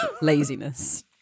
laziness